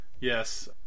Yes